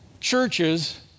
Churches